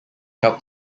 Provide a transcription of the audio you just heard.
helped